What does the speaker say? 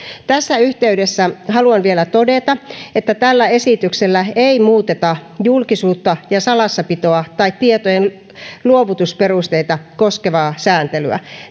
tässä yhteydessä haluan vielä todeta että tällä esityksellä ei muuteta julkisuutta ja salassapitoa tai tietojenluovutusperusteita koskevaa sääntelyä